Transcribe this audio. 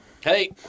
Hey